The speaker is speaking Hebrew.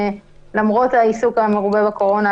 למרות העיסוק המרובה בקורונה,